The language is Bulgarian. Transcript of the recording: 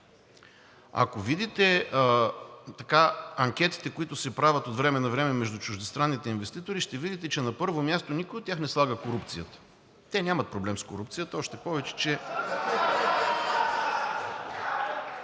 Ако видите анкетите, които се правят от време на време между чуждестранните инвеститори, ще видите, че на първо място никой от тях не слага корупцията. Те нямат проблем с корупцията, още повече че...